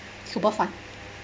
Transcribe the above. super fun